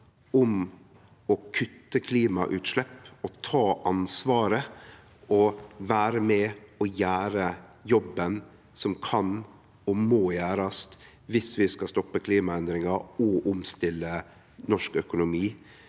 om å kutte klimagassutslepp, ta ansvar og vere med og gjere jobben som kan og må gjerast om vi skal stoppe klimaendringane og omstille norsk økonomi